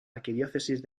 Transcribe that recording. arquidiócesis